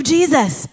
Jesus